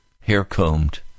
hair-combed